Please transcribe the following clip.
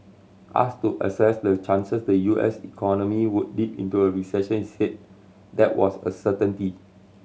ask to assess the chances the U S economy would dip into a recession said that was a certainty